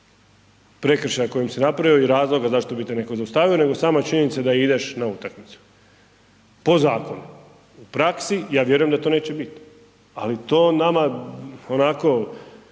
prekršaja kojim si napravio i razloga zašto bi te neko zaustavio nego sama činjenica da ideš na utakmicu, po zakonu, u praksi ja vjerujem da to neće bit, ali to nama onako,